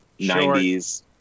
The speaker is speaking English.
90s